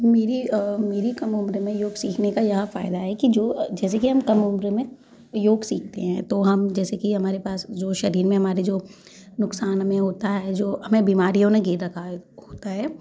मेरी मेरी कम उम्र में योग सीखने का यह फायदा है कि जो जैसे कि हम कम उम्र में योग सीखते हैं तो हम जैसे कि हमारे पास जो सधी में हमारे जो नुकसान में होता है जो हमें बीमारियों ने घेर रखा है होता है